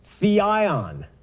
theion